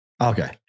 Okay